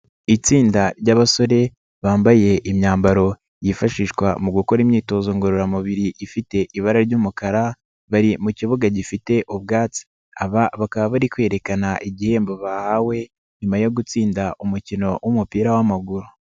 Itsinda ry'abasore bambaye imyambaro yifashishwa mu gukora imyitozo ngororamubiri ifite ibara ry'umukara bari mu kibuga gifite ubwatsi, aba bakaba bari kwerekana igihembo bahawe nyuma yo gutsinda umukino w'umupira w'amaguru.